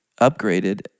upgraded